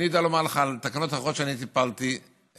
אני יודע לומר לך על תקנות אחרות שאני טיפלתי בהן.